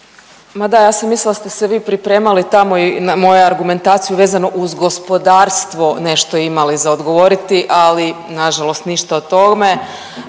Ma da, ja sam mislila da ste se vi pripremali, tamo i na moju argumentaciju vezano uz gospodarstvo nešto imali za odgovoriti, ali nažalost ništa o tome.